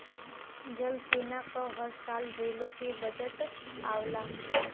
जल सेना क हर साल रेलो के बजट आवला